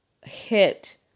hit